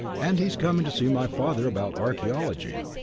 and he's coming to see my father about archaeology.